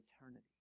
eternity